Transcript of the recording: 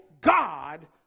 God